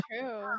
true